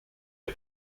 est